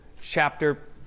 chapter